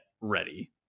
ready